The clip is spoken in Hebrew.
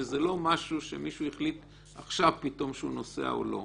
וזה לא משהו שמישהו החליט עכשיו פתאום שהוא נוסע או לא.